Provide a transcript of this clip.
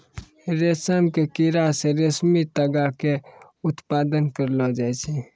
रेशम के कीड़ा से रेशमी तागा के उत्पादन करलो जाय छै